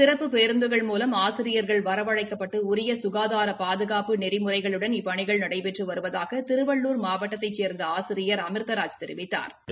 கிறப்பு பேருந்துகள் மூலம் ஆசிரியர்கள் வரவழைக்கப்பட்டு உரிய சுகாதார பாதுகாப்பு நெறிமுறைகளுடன் இப்பணிகள் நடைபெற்று வருவதாக திருவள்ளூர் மாவட்டத்தைச் சேர்ந்த ஆசிரியர் அமிா்தராஜ் தெரிவித்தாா்